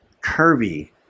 curvy